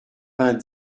vingt